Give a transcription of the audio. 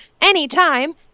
anytime